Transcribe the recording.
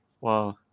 wow